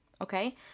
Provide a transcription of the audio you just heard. okay